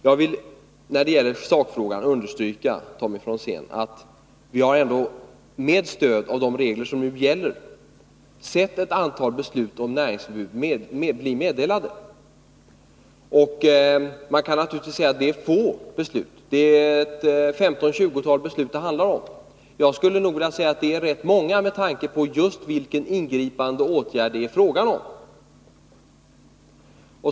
Jag vill när det gäller sakfrågan understryka, Tommy Franzén, att vi, med stöd av de regler som nu gäller, har sett ett antal beslut om näringsförbud bli meddelade. Man kan naturligtvis säga att det är få beslut. Det handlar om 15-20 beslut. Jag skulle nog vilja säga att det är rätt många med tanke på vilka ingripande åtgärder det är fråga om.